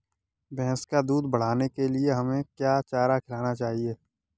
भैंस का दूध बढ़ाने के लिए हमें क्या चारा खिलाना चाहिए?